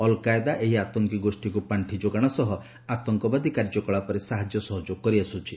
al-Qaeda ଏହି ଆତଙ୍କୀ ଗୋଷ୍ଠୀକୁ ପାର୍ଷି ଯୋଗାଣ ସହ ଆତଙ୍କବାଦୀ କାର୍ଯ୍ୟକଳାପରେ ସାହାଯ୍ୟ ସହଯୋଗ କରିଆସୁଛି